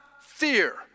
fear